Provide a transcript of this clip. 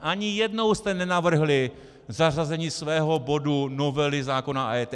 Ani jednou jste nenavrhli zařazení svého bodu, novely zákona o EET.